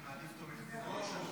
אתה מעדיף תומך טרור?